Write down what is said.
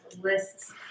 lists